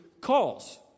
calls